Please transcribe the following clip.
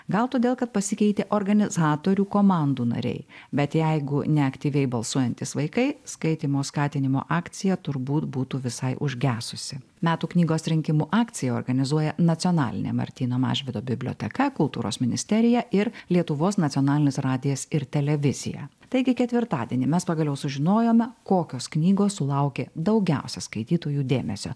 gal todėl kad pasikeitė organizatorių komandų nariai bet jeigu neaktyviai balsuojantys vaikai skaitymo skatinimo akcija turbūt būtų visai užgesusi metų knygos rinkimų akciją organizuoja nacionalinė martyno mažvydo biblioteka kultūros ministerija ir lietuvos nacionalinis radijas ir televizija taigi ketvirtadienį mes pagaliau sužinojome kokios knygos sulaukė daugiausia skaitytojų dėmesio